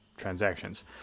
transactions